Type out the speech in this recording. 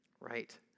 right